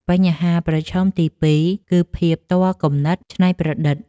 បញ្ហាប្រឈមទី២ គឺភាពទាល់គំនិតច្នៃប្រឌិត។